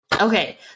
Okay